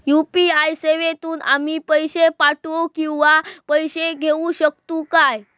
UPI सेवेतून आम्ही पैसे पाठव किंवा पैसे घेऊ शकतू काय?